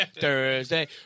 Thursday